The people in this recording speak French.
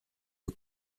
aux